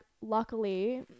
luckily